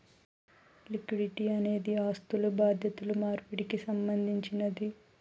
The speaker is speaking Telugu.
లిక్విడిటీ అనేది ఆస్థులు బాధ్యతలు మార్పిడికి సంబంధించినది